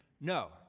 No